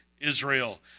Israel